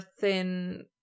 thin